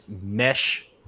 mesh